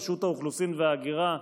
רשות האוכלוסין וההגירה,